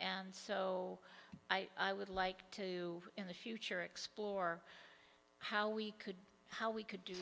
and so i would like to in the future explore how we could how we could do